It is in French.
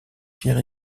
pierre